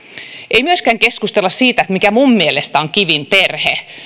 ei myöskään keskustella siitä että mikä minun mielestäni on kivin perhe